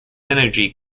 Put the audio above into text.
energy